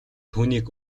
түүнийг